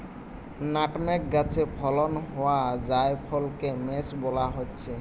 nutmeg গাছে ফলন হোয়া জায়ফলকে মেস বোলা হচ্ছে